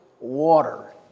water